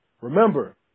Remember